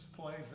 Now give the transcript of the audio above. place